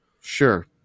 Sure